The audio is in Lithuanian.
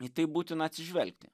į tai būtina atsižvelgti